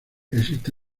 existe